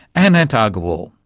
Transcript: anant agarwal.